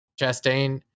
Chastain